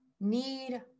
need